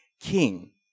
king